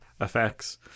effects